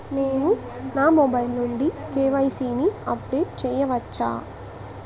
నేను నా మొబైల్ నుండి కే.వై.సీ ని అప్డేట్ చేయవచ్చా?